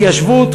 התיישבות,